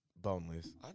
boneless